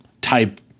type